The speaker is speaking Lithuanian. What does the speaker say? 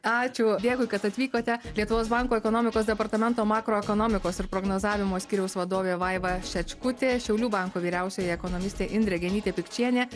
ačiū dėkui kad atvykote lietuvos banko ekonomikos departamento makroekonomikos ir prognozavimo skyriaus vadovė vaiva šečkutė šiaulių banko vyriausioji ekonomistė indrė genytė pikčienė